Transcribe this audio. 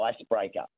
icebreaker